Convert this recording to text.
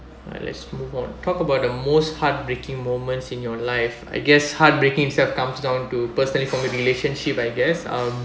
let's move on talk about the most heartbreaking moments in your life I guess heartbreaking self comes down to personally for me relationship I guess um